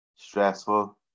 Stressful